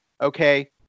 Okay